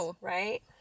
right